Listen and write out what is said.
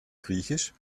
griechisch